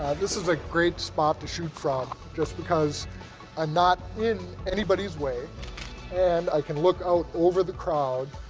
this is a great spot to shoot from, just because i'm not in anybody's way and i can look out over the crowd,